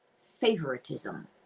favoritism